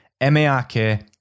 M-A-R-K